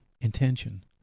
intention